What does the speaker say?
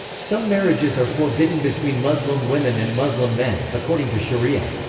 some marriages are forbidden between muslim women and muslim men, according to sharia.